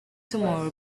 tomorrow